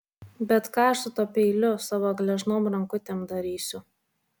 bet ką aš su tuo peiliu savo gležnom rankutėm darysiu